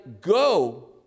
go